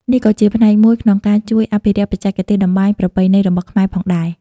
នេះក៏ជាផ្នែកមួយក្នុងការជួយអភិរក្សបច្ចេកទេសតម្បាញប្រពៃណីរបស់ខ្មែរផងដែរ ។